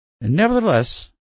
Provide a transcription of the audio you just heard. Nevertheless